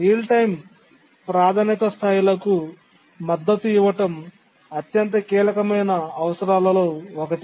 real time ప్రాధాన్యత స్థాయి లకు మద్దతు ఇవ్వటం అత్యంత కీలకమైన అవసరాలలో ఒకటి